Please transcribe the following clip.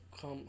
come